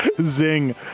Zing